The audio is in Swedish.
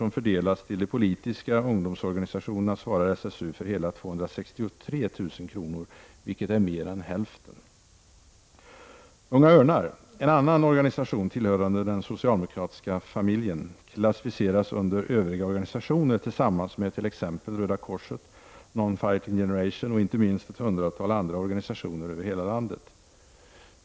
som fördelats till de politiska ungdomsorganisationerna svarar SSU för hela 263 000 kr., vilket är mer än hälften. Unga Örnar — en annan organisation tillhörande den socialdemokratiska familjen — klassificeras under ”övriga organisationer” tillsammans med t.ex. Röda korset, Non Fighting Generation och minst ett hundratal andra organisationer över hela landet.